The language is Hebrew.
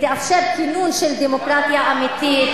גם אותך,